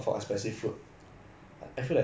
true I like hawker food better like